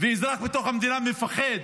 ואזרח בתוך המדינה מפחד